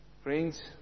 Friends